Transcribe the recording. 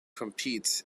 competes